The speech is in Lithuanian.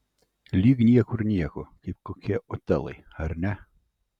lyg niekur nieko kaip kokie otelai ar ne